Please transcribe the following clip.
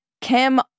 Kim